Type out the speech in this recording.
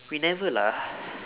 we never lah